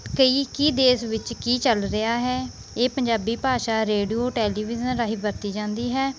ਕਈ ਕੀ ਦੇਸ਼ ਵਿੱਚ ਕੀ ਚੱਲ ਰਿਹਾ ਹੈ ਇਹ ਪੰਜਾਬੀ ਭਾਸ਼ਾ ਰੇਡੀਓ ਟੈਲੀਵਿਜ਼ਨ ਰਾਹੀਂ ਵਰਤੀ ਜਾਂਦੀ ਹੈ